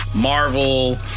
Marvel